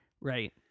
Right